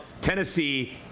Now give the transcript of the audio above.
Tennessee